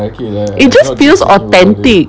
it just feels authentic